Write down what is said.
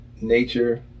nature